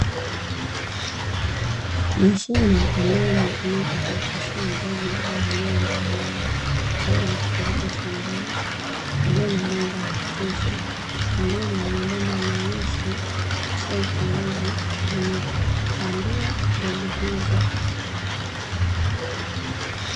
Mashine ambayo imetumika kuoteshea mbegu za mimea mbalimbali kabla ya kupelekwa shambani, iliyona mwanga wa kutosha , pamoja na mabomba meusi shelfu ambazo zimepandiwa mbegu hizo.